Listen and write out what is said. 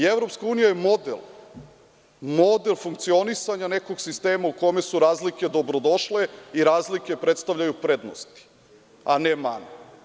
EU je model funkcionisanja nekog sistema u kome su razlike dobrodošle i razlike predstavljaju prednosti a ne mane.